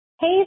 Hey